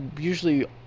usually